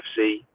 FC